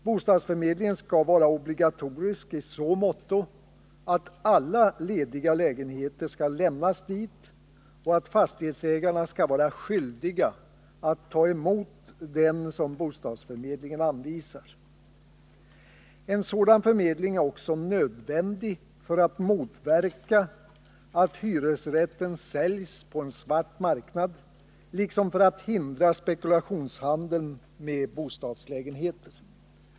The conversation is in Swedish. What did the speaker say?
Bostadsförmedlingen skall vara obligatorisk i så måtto att alla lediga lägenheter skall lämnas dit och att fastighetsägarna skall vara skyldiga att ta emot den som bostadsförmedlingen anvisar. En sådan 151 förmedling är också nödvändig för att motverka att hyresrätten säljs på en svart marknad, liksom för att hindra spekulationshandeln med bostadslägenheter!